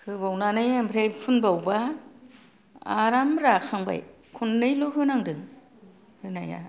होबावनानै ओमफ्राइ फुनबावबा आराम राखांबाय खननैल' होनांदों होनाया